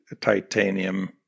titanium